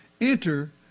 enter